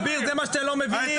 אביר, זה מה שאתם לא מבינים.